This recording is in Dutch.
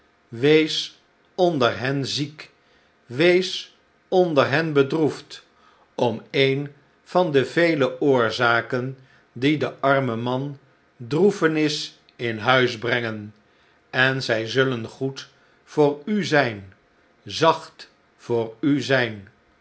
wees onder hen ziek wees onder hen bedroefd om een van de vele oorzaken die den armen man droefenis in huis brengen en zij zullen goed voor u zijn zacht voor u zijn